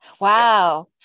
Wow